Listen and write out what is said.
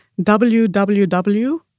www